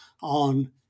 on